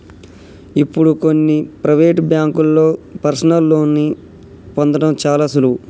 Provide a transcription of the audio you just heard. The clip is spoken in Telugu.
ఇప్పుడు కొన్ని ప్రవేటు బ్యేంకుల్లో పర్సనల్ లోన్ని పొందడం చాలా సులువు